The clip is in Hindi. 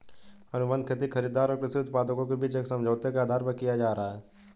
अनुबंध खेती खरीदार और कृषि उत्पादकों के बीच एक समझौते के आधार पर किया जा रहा है